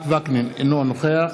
אינו נוכח